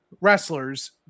wrestlers